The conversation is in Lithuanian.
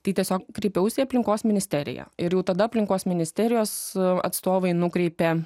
tai tiesiog kreipiausi į aplinkos ministeriją ir jau tada aplinkos ministerijos atstovai nukreipė